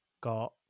got